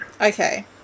Okay